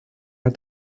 are